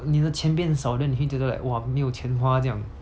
你的钱变少 then 你会觉得 like !wah! 没有钱花这样